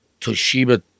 Toshiba